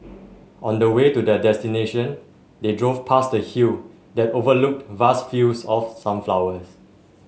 on the way to their destination they drove past a hill that overlooked vast fields of sunflowers